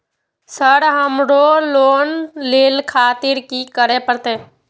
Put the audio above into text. Sir हमरो loan ले खातिर की करें परतें?